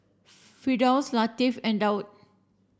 Firdaus Latif and Daud